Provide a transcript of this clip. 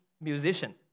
musician